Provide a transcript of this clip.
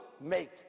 make